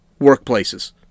workplaces